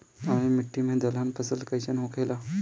अम्लीय मिट्टी मे दलहन फसल कइसन होखेला?